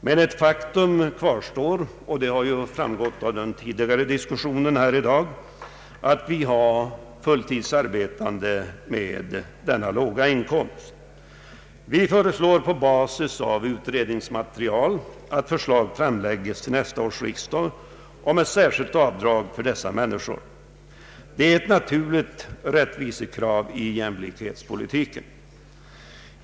Men ett faktum kvarstår — och det har framgått av den tidigare diskussionen i dag — nämligen att det finns fulltidsarbetande som har denna låga inkomst. Vi föreslår, på basis av utredningsmaterial, att förslag framläggs till nästa års riksdag om ett särskilt avdrag för dessa människor. Det är ett naturligt rättvisekrav i jämlikhetspolitiken.